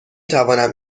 توانم